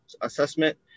assessment